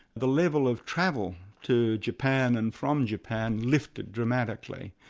the level of travel to japan and from japan lifted dramatically,